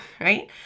right